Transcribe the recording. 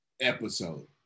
episode